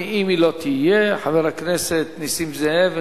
אם היא לא תהיה, חבר הכנסת נסים זאב.